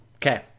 Okay